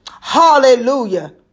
Hallelujah